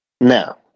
Now